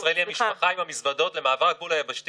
למד בתוכנית